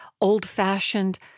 old-fashioned